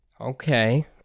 Okay